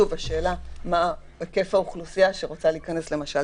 שוב השאלה היא מה היקף האוכלוסייה שרוצה להיכנס למשל